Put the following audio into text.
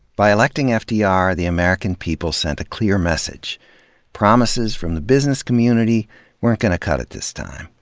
by electing fdr, the american people sent a clear message promises from the business community weren't gonna cut it this time.